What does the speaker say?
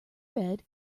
bed